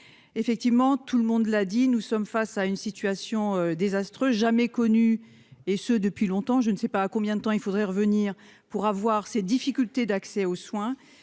Effectivement, tout le monde l'a dit, nous sommes face à une situation désastreuse jamais connu, et ce depuis longtemps, je ne sais pas combien de temps il faudrait revenir pour avoir ces difficultés d'accès aux soins.